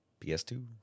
PS2